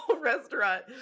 restaurant